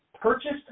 purchased